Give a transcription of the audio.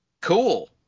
Cool